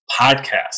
Podcast